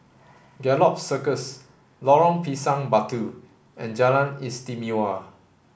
Gallop Circus Lorong Pisang Batu and Jalan Istimewa